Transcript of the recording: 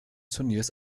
turniers